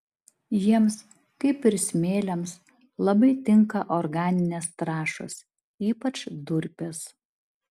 jiems kaip ir smėliams labai tinka organinės trąšos ypač durpės